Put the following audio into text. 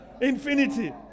Infinity